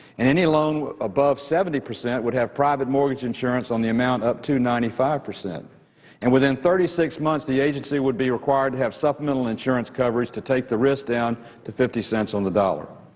and any loan above seventy percent would have private mortgage insurance on the amount up to ninety five. and within thirty six months the agency would be required to have supplemental insurance coverage to take the risk down to fifty cents on the dollar.